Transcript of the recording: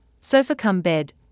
sofa-cum-bed